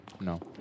No